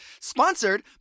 sponsored